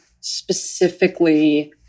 specifically